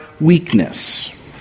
weakness